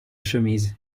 chemise